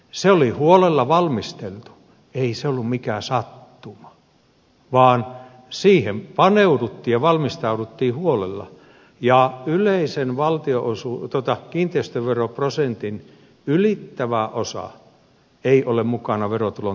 se oli huolella valmisteltu ei se ollut mikään sattuma vaan siihen paneuduttiin ja valmistauduttiin huolella ja yleisen kiinteistöveroprosentin ylittävä osa ei ole mukana verotulon tasauksessa